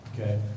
Okay